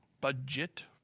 budget